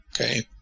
okay